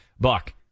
Buck